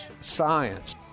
Science